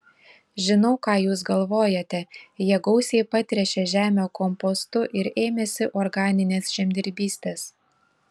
žinau ką jūs galvojate jie gausiai patręšė žemę kompostu ir ėmėsi organinės žemdirbystės